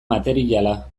materiala